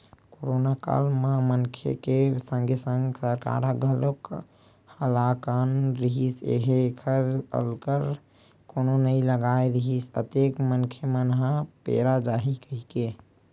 करोनो काल म मनखे के संगे संग सरकार ह घलोक हलाकान रिहिस हे ऐखर अटकर कोनो नइ लगाय रिहिस अतेक मनखे मन ह पेरा जाही कहिके